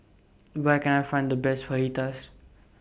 Where Can I Find The Best Fajitas